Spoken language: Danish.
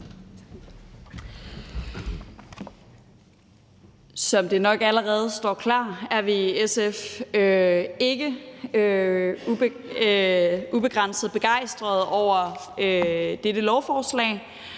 Som det nok allerede står klart, er vi i SF ikke ubetinget begejstrede over dette lovforslag,